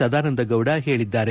ಸದಾನಂದಗೌಡ ಹೇಳಿದ್ದಾರೆ